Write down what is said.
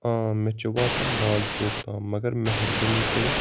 آ مےٚ چھِ واتُن لالچوک تام مگر مہربٲنی کٔرِتھ